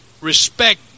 respect